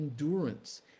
endurance